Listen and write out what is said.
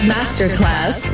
Masterclass